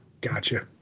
Gotcha